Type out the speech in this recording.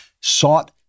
sought